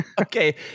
okay